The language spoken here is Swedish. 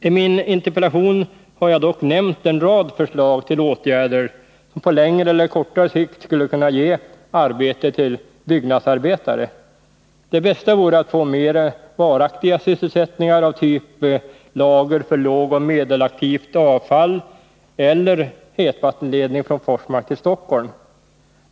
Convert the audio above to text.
I min interpellation har jag dock nämnt en rad förslag till åtgärder som på längre eller kortare sikt skulle kunna ge arbete åt byggnadsarbetare. Det bästa vore att få mer varaktiga sysselsättningar, t.ex. uppförande av lager för lågoch medelaktivt avfall eller en hetvattenledning från Forsmark till Stockholm.